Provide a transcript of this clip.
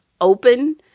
open